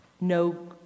No